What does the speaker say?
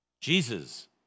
Jesus